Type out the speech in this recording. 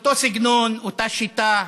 אותו סגנון, אותה שיטה.